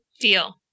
Deal